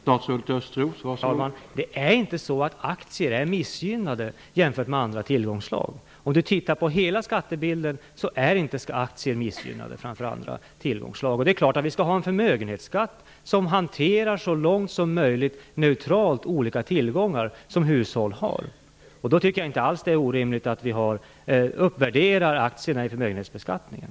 Herr talman! Det är inte så att aktier är missgynnade jämfört med andra tillgångsslag. Om man tittar på hela skattebilden, är inte aktier missgynnade framför andra tillgångsslag. Det är klart att vi skall ha förmögenhetsskatt som så långt möjligt neutralt hanterar olika tillgångar som hushåll har. Då tycker jag inte alls att det är orimligt att vi uppvärderar aktierna i förmögenhetsbeskattningen.